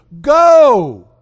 Go